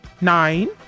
nine